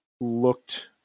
looked